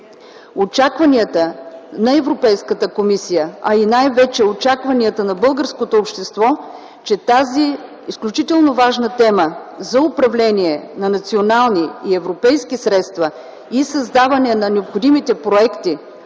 Очакванията на Европейската комисия, а и най-вече очакванията на българското общество, че тази изключително важна тема за управление на национални и европейски средства и създаване на необходимите проекти